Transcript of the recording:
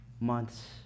months